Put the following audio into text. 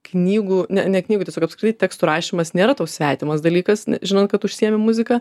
knygų ne ne knygų tiesiog apskritai tekstų rašymas nėra tau svetimas dalykas žinant kad užsiėmi muzika